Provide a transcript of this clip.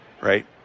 Right